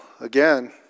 again